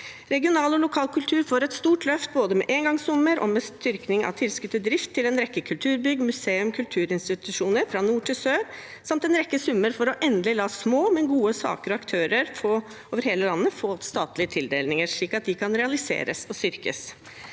Regional og lokal kultur får et stort løft både med engangssummer og med styrking av tilskudd til drift av en rekke kulturbygg, museum og kulturinstitusjoner fra nord til sør samt en rekke summer for endelig å la små, men gode saker og aktører over hele landet få statlige tildelinger, slik at de kan realiseres og styrkes